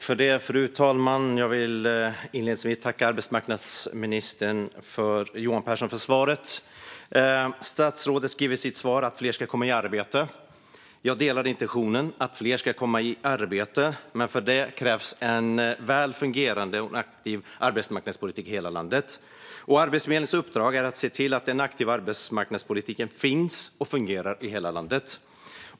Fru talman! Jag vill inledningsvis tacka arbetsmarknadsminister Johan Pehrson för svaret. Statsrådet säger i sitt svar att fler ska komma i arbete. Jag delar intentionen att fler ska komma i arbete. Men för det krävs en väl fungerande och aktiv arbetsmarknadspolitik i hela landet. Arbetsförmedlingens uppdrag är att se till att den aktiva arbetsmarknadspolitiken finns och fungerar i hela landet.